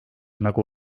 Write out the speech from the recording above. nagu